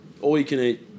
all-you-can-eat